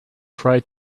try